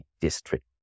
district